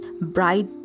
bright